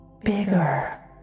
bigger